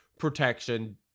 Protection